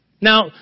Now